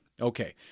Okay